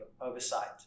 oversight